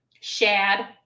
shad